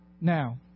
Now